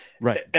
Right